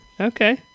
Okay